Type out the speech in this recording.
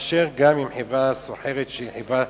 תתאפשר גם עם חברה סוחרת שהיא חברה